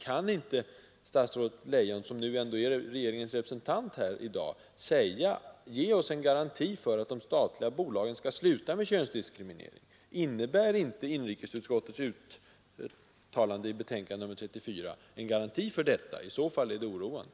Kan inte statsrådet Leijon, som ändå är regeringens representant här i dag, ge oss en garanti för att de statliga bolagen skall sluta med könsdiskriminering? Innebär inte inrikesutskottets uttalande i betänkandet 34 en garanti för detta? Om det inte gör det, är det oroande.